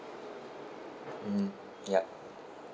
mm yup